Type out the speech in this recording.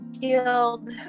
healed